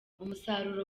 umusaruro